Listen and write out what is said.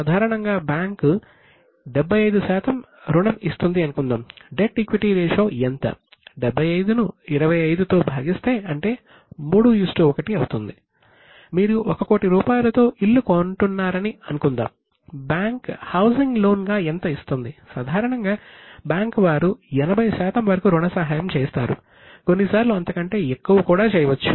సాధారణంగా బ్యాంకు వారు 80 శాతం వరకు రుణ సహాయం చేస్తారు కొన్నిసార్లు అంతకంటే ఎక్కువ కూడా చేయవచ్చు